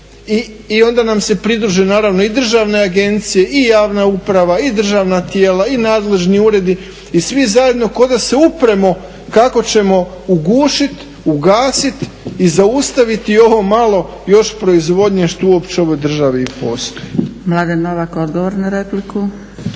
i onda nam se pridruži naravno i državne agencije i javna uprava i državna tijela i nadležni uredi i svi zajedno ko da se upremo kako ćemo ugušit, ugasit i zaustaviti ovo malo još proizvodnje što uopće u ovoj državi i postoji. **Zgrebec, Dragica